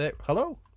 hello